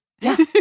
Yes